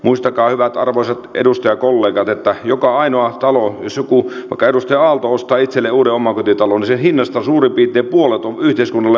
muistakaa hyvät arvoisat edustajakollegat että joka ainoan talon jos joku vaikka edustaja aalto ostaa itselleen uuden omakotitalon hinnasta suurin piirtein puolet on yhteiskunnalle meneviä veroja